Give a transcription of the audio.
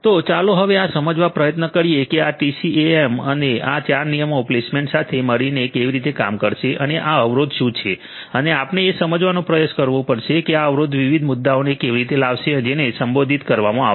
તો ચાલો હવે આ સમજવા પ્રયત્ન કરીએ કે આ ટીસીએએમ અને આ 4 નિયમ પ્લેસમેન્ટ સાથે મળીને કેવી રીતે કામ કરશે અને આ અવરોધ શું છે અને આપણે એ સમજવાનો પ્રયાસ કરવો પડશે કે આ અવરોધ વિવિધ મુદ્દાઓને કેવી રીતે લાવશે જેને સંબોધિત કરવામાં આવશે